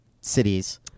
cities